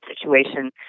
situation